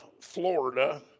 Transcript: Florida